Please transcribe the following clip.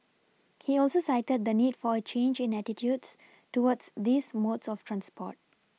he also cited the need for a change in attitudes towards these modes of transport